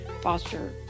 foster